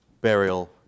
burial